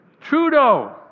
Trudeau